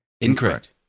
incorrect